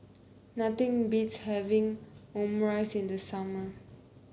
nothing beats having Omurice in the summer